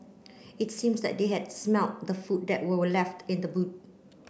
it seems that they had smelt the food that were we left in the boot